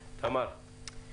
תמר, בבקשה.